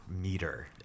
meter